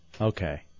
Okay